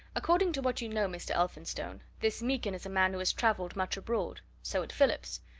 according to what you know, mr. elphinstone, this meekin is a man who has travelled much abroad so had phillips.